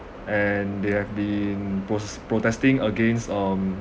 and they have been pros~ protesting against um